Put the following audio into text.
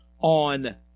on